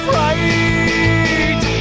right